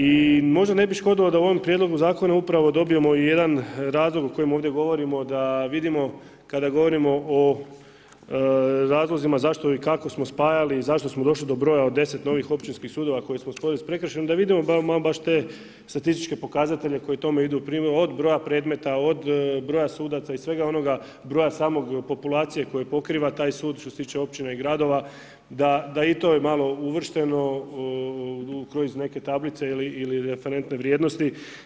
I možda ne bi škodilo da u ovom prijedlogu zakona upravo dobijemo i jedan razlog o kojem ovdje govorimo da vidimo kada govorimo o razlozima zašto i kako smo spajali i zašto smo došli do broja od 10 novih općinskih sudova koje smo spojili sa prekršajnim, da vidimo baš te statističke pokazatelje koji tome idu u prilog od broja predmeta, od broja sudaca i svega onoga broja same populacije koje pokriva taj sud što se tiče općina i gradova, da i to je malo uvršteno kroz neke tablice ili referentne vrijednosti.